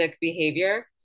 behavior